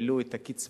העלו את הקצבה,